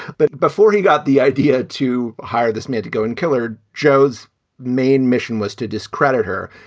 but before he got the idea to hire this man to go and killer joe's main mission was to discredit her.